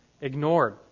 ignored